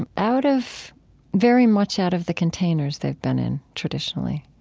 and out of very much out of the containers they've been in traditionally.